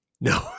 No